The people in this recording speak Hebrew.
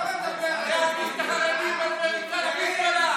על מה אתה מדבר?